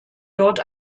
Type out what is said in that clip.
dort